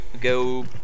go